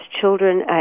children